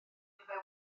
fyddai